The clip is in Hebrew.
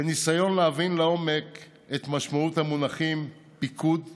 בניסיון להבין לעומק את משמעות המונחים פיקוד ומנהיגות.